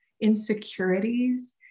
insecurities